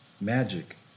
Magic